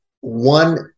one